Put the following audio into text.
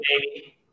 baby